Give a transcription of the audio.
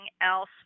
else